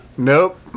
Nope